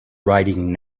writing